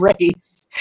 race